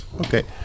Okay